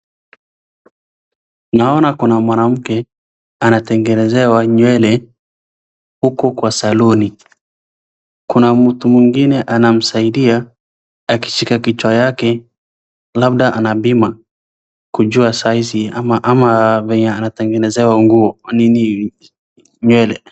Naona kuna mwanamke anatengenezewa nywele huku kwa saluni. Kuna mtu mwingine anamsaidia akishika kichwa yake labda ana bima kujua saizi ama venye anatengenezewa nguo nini nywele.